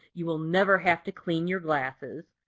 you will never have to clean your glasses.